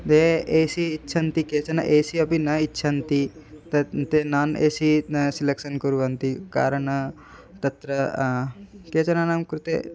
ते A C इच्छन्ति केचन ए सि अपि न इच्छन्ति तत् ते नान् ए सी सेलेक्सन् कुर्वन्ति कारणं तत्र केचनानां कृते